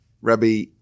Rabbi